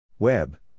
Web